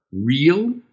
real